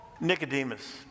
Nicodemus